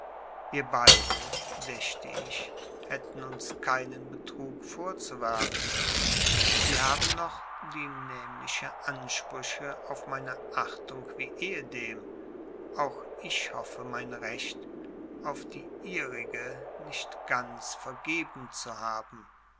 wir beide dächte ich hätten uns keinen betrug vorzuwerfen sie haben noch die nämliche ansprüche auf meine achtung wie ehedem auch ich hoffe mein recht auf die ihrige nicht ganz vergeben zu haben